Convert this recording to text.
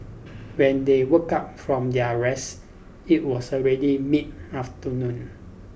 when they woke up from their rest it was already mid afternoon